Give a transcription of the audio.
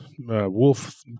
wolf